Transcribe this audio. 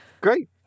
Great